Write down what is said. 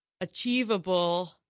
achievable